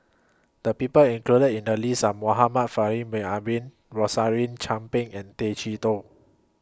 The People included in The list Are Muhammad Faishal Ibrahim Rosaline Chan Pang and Tay Chee Toh